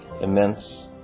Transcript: immense